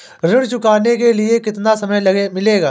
ऋण चुकाने के लिए कितना समय मिलेगा?